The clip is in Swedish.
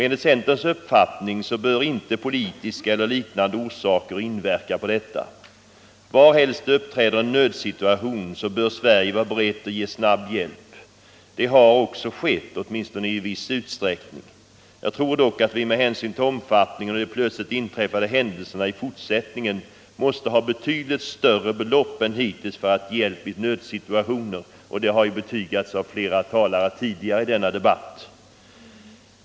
Enligt centerns uppfattning bör inte politiska eller liknande skäl inverka på detta. Varhelst det uppstår en nödsituation bör Sverige vara berett att ge snabb hjälp. Så har också skett, åtminstone i viss utsträckning. Jag tror dock att vi med hänsyn till omfattningen av de plötsligt inträffade händelserna i fortsättningen måste ha betydligt större belopp än hittills för att ge hjälp i nödsituationer —- det har också betygats av flera talare tidigare i denna debatt.